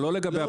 לא.